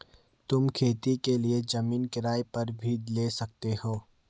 तुम खेती के लिए जमीन किराए पर भी ले सकते हो